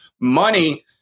money